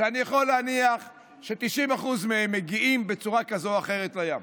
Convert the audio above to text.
ואני יכול להניח ש-90% מהם מגיעים בצורה כזו או אחרת לים.